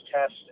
test